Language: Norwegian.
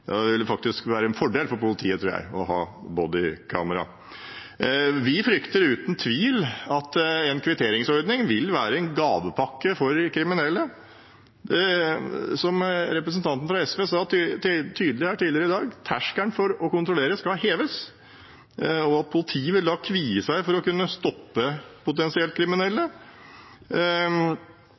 være en fordel for politiet, tror jeg, å ha bodycam. Vi frykter uten tvil at en kvitteringsordning vil være en gavepakke for kriminelle. Som representanten fra SV sa tydelig her tidligere i dag: Terskelen for å kontrollere skal heves. Politiet vil da kvie seg for å kunne stoppe potensielt kriminelle,